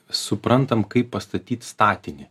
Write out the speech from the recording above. suprantam kaip pastatyt statinį